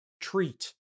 treat